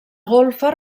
golfa